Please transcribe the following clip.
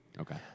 Okay